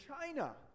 china